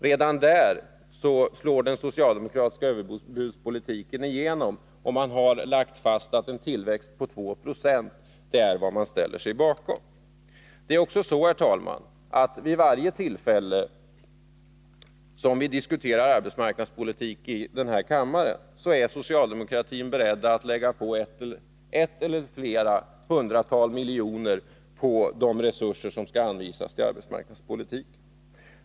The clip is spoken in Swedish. Redan där slår den socialdemokratiska överbudspolitiken igenom — man har lagt fast att en tillväxt på 2 20 är vad man ställer sig bakom. Det är vidare så, herr talman, att vid varje tillfälle då vi diskuterar arbetsmarknadspolitik i den här kammaren är socialdemokratin beredd att lägga på ett eller flera hundratal miljoner på de resurser som skall anvisas till arbetsmarknadspolitiken.